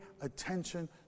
attention